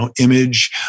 image